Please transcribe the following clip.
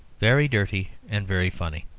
very dirty, and very funny.